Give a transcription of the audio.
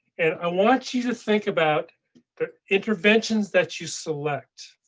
and i want you to think about the interventions that you select.